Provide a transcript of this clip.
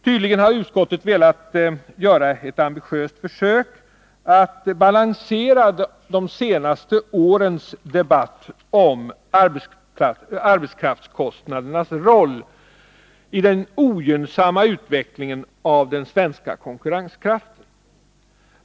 Tydligen har utskottet velat göra ett ambitiöst försök att balansera de senaste årens debatt om arbetskraftskostnadernas roll i den ogynnsamma utvecklingen av den svenska konkurrenskraften.